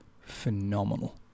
phenomenal